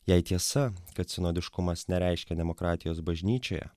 jei tiesa kad sinodiškumas nereiškia demokratijos bažnyčioje